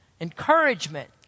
Encouragement